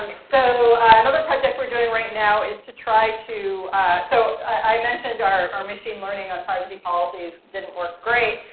so another project we're doing right now is to try to so i mentioned our machine learning on privacy policies didn't work great.